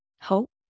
hope